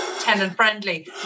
tenant-friendly